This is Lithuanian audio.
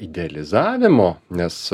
idealizavimo nes